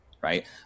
right